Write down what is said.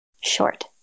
short